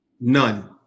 None